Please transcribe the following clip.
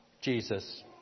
Jesus